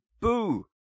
boo